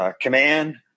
command